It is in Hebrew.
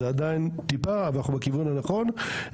זה עדיין טיפה אבל זה בכיוון הנכון.